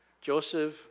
Joseph